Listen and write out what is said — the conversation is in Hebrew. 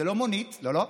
זאת לא מונית לא לא,